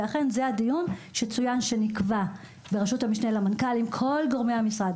ואכן זה הדיון שצוין שנקבע בראשות המשנה למנכ"ל עם כל גורמי המשרד.